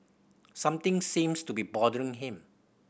something seems to be bothering him